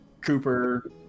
Cooper